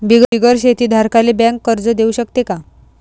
बिगर शेती धारकाले बँक कर्ज देऊ शकते का?